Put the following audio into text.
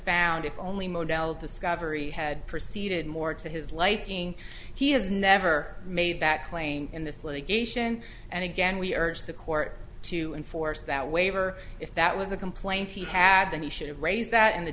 found if only modelled discovery had proceeded more to his liking he has never made that claim in this litigation and again we urge the court to enforce that waiver if that was a complaint he had then he should raise that in the